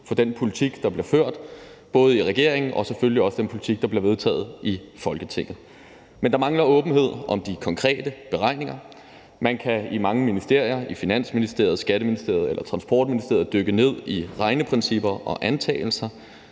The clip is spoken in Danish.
på den politik, der bliver ført, både i regeringen og selvfølgelig også i forhold til den politik, der bliver vedtaget i Folketinget. Men der mangler åbenhed om de konkrete beregninger. Man kan i mange ministerier, i Finansministeriet, Skatteministeriet eller Transportministeriet, dykke ned i regneprincipper og antagelser,